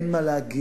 אין מה להגיד,